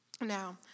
Now